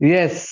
Yes